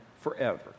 forever